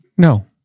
No